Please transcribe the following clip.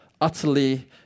utterly